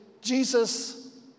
Jesus